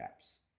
apps